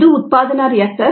ಇದು ಉತ್ಪಾದನಾ ರಿಯಾಕ್ಟರ್